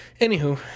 Anywho